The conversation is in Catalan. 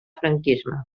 franquisme